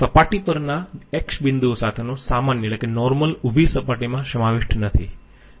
સપાટી પરના X બિંદુ સાથેનો સામાન્ય ઉભી સપાટીમાં સમાવિષ્ટ નથી